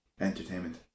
Entertainment